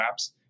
apps